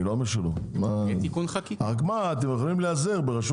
אני לא אומר שלא, רק מה, אתם יכולים להיעזר ברשות